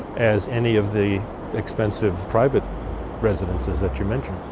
as any of the expensive private residences that you mentioned.